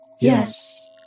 Yes